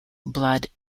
blood